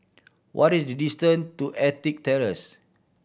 what is the distant to Ettrick Terrace